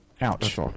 Ouch